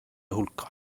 hulka